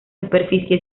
superficie